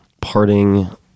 parting